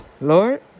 Lord